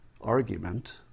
argument